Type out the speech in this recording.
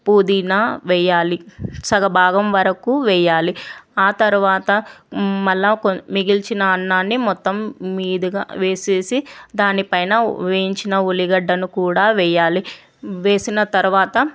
పుదీనా వేయాలి సగభాగం వరకు వేయాలి ఆ తర్వాత మళ్ళీ మిగిల్చిన అన్నాన్ని మొత్తం మీదుగా వేసేసి దానిపైన వేయించిన ఉల్లిగడ్డను కూడా వెయ్యాలి వేసిన తర్వాత